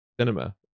Cinema